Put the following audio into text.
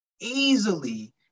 easily